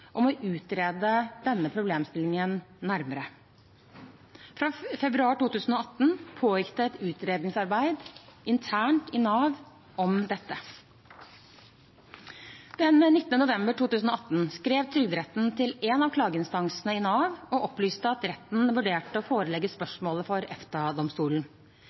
om å utrede problemstillingen nærmere. Fra februar 2018 pågikk det et utredningsarbeid internt i Nav om dette. Den 19. november 2018 skrev Trygderetten til en av klageinstansene i Nav og opplyste at retten vurderte å forelegge spørsmålet for